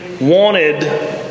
wanted